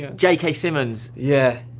j k. simmons yeah.